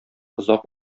озак